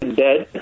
dead